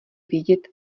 vědět